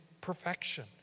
perfection